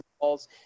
balls